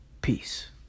peace